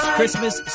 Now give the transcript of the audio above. Christmas